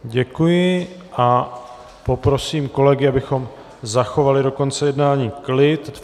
Děkuji a poprosím kolegy, abychom zachovali do konce jednání klid.